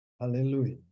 hallelujah